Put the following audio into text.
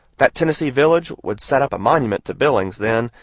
that tennessee village would set up a monument to billings, then,